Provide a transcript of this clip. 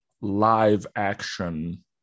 live-action